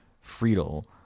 Friedel